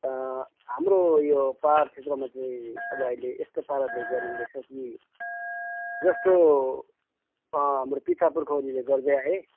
हाम्रो यो पहाड क्षेत्रमा चाहिँ अब अहिले यस्तो पाराले गरिँदैछ कि जस्तो हाम्रो पिता पुर्खाौलीले गर्दै आए